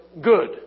good